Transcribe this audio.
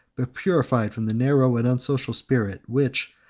but purified from the narrow and unsocial spirit, which,